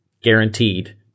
guaranteed